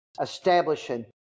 establishing